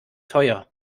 teuer